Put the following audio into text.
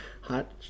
Hot